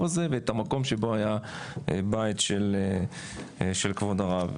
הזה ואת המקום שבו היה הבית של כבוד הרב.